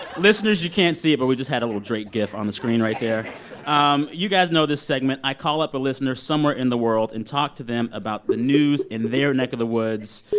listeners, you can't see it, but we just had a little drake gif on the screen right there um you guys know this segment. i call up a listener somewhere in the world and talk to them about the news in their neck of the woods.